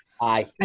Aye